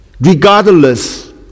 regardless